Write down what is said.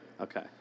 okay